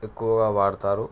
ఎక్కువగా వాడుతారు